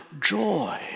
joy